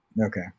Okay